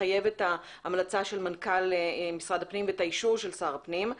מחייב את ההמלצה של מנכ"ל משרד הפנים ואת האישור של שר הפנים,